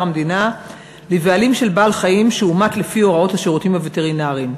המדינה לבעלים של בעל-חיים שהומת לפי הוראת השירותים הווטרינריים.